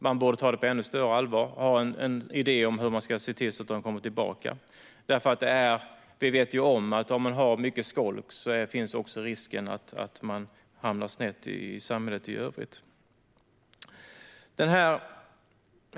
Man borde ta det på ännu större allvar och ha en idé om hur man ska se till att de kommer tillbaka. Vi vet ju att om man skolkar mycket finns risken att man hamnar snett i samhället i övrigt. Fru talman!